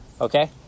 okay